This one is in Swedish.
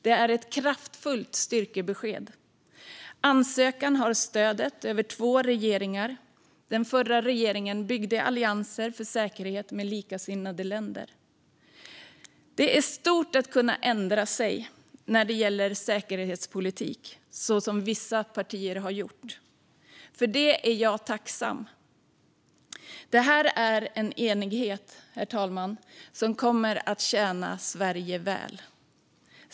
Det är ett kraftfullt styrkebesked. Ansökan har stöd över två regeringar. Den förra regeringen byggde allianser för säkerhet med likasinnade länder. Det är stort att kunna ändra sig när det gäller säkerhetspolitik, som vissa partier har gjort, och för det är jag tacksam. Detta, herr talman, är en enighet som kommer att tjäna Sverige väl.